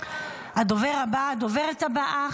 הדוברת הבאה,